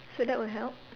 so that will help